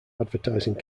advertising